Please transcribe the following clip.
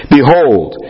Behold